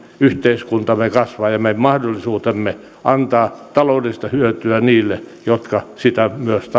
yhteiskuntamme ja meidän mahdollisuutemme antaa taloudellista hyötyä niille jotka sitä